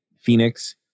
Phoenix